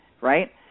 right